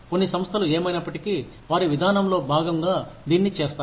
కొన్ని సంస్థలు ఏమైనప్పటికీ వారి విధానంలో భాగంగా దీన్ని చేస్తాయి